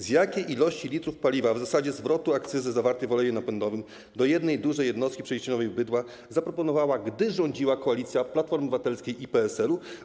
Z jakiej ilości litrów paliwa w zasadzie zwrotu akcyzy zawartej w oleju napędowym do jednej dużej jednostki przeliczeniowej bydła zaproponowała, gdy rządziła, koalicja Platformy Obywatelskiej i PSL-u?